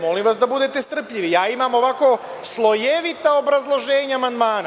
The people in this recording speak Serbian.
Molim vas, da budete strpljivi, ja imam, ovako, slojevita obrazloženja amandmana.